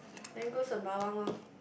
then go sembawang lor